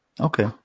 Okay